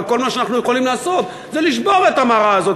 וכל מה שאנחנו יכולים לעשות זה לשבור את המראה הזאת,